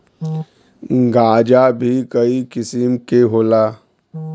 गांजा भीं कई किसिम के होला